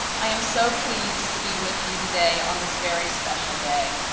i am so pleased to be with you today on this very special day.